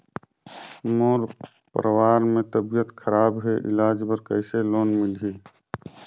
मोर परवार मे तबियत खराब हे इलाज बर कइसे लोन मिलही?